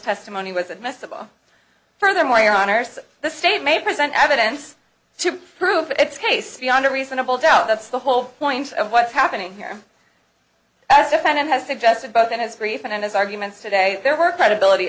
testimony was admissible furthermore your honor so the state may present evidence to prove its case beyond a reasonable doubt that's the whole point of what's happening here as defendant has suggested both in his brief and in his arguments today there were credibility